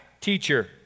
teacher